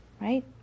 Right